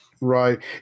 Right